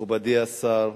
מכובדי השר,